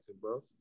bro